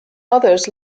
others